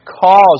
cause